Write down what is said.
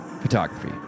photography